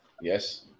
yes